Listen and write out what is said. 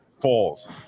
falls